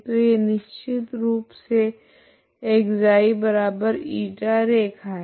तो यह निश्चित रूप से ξ η रैखा है